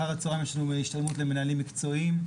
אחר הצהריים יש לנו השתלמות נהלים מקצועיים.